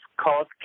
cause